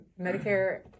Medicare